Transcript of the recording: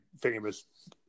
famous